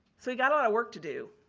so, you got a lot of work to do.